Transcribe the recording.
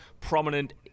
prominent